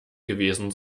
gewesen